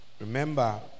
remember